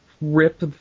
rip